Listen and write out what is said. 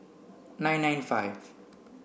nine nine five